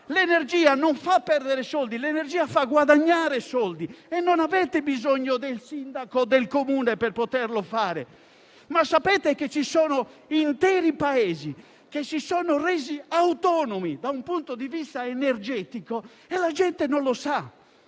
L'energia non fa perdere soldi, ma li fa guadagnare. Non avete bisogno del sindaco o del Comune per poterlo fare. Ci sono interi paesi che si sono resi autonomi da un punto di vista energetico e la gente non lo sa.